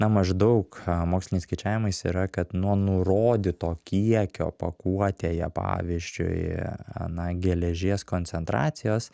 na maždaug moksliniais skaičiavimais yra kad nuo nurodyto kiekio pakuotėje pavyzdžiui na geležies koncentracijos